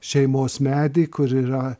šeimos medį kur yra